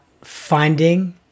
finding